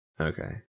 Okay